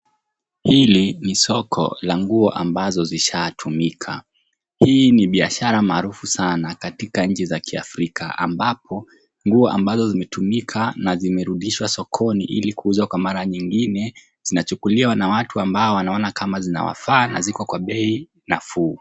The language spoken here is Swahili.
Hili ni soko la nguo ambazo zishatumika. Hii ni biashara maarufu sana katika nchi za kiafrika ambapo, nguo ambazo zimetumika na zimerudishwa sokoni ili kuuzwa kwa mara nyingine, zinachukuliwa na watu ambao wanaona kama zinawafaa na ziko kwa bei nafuu.